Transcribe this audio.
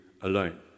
alone